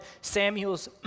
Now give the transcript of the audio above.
Samuel's